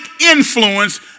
influence